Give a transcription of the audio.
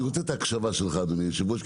אני רוצה את ההקשבה שלך אדוני היו"ר.